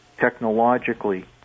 technologically